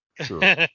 Sure